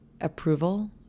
approval